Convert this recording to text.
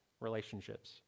relationships